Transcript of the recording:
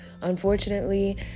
Unfortunately